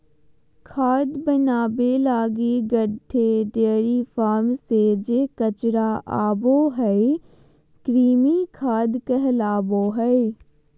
खाद बनाबे लगी गड्डे, डेयरी फार्म से जे कचरा आबो हइ, कृमि खाद कहलाबो हइ